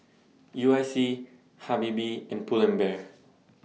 U I C Habibie and Pull and Bear